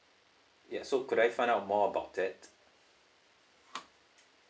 ya so could I find out more about that